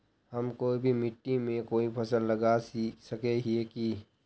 हम कोई भी मिट्टी में कोई फसल लगा सके हिये की?